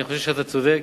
אני חושב שאתה צודק,